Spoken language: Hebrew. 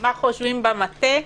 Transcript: מה חושבים במטה,